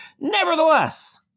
Nevertheless